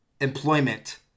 employment